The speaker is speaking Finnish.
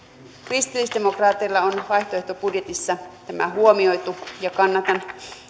kristillisdemokraateilla on vaihtoehtobudjetissa tämä huomioitu ja kannatan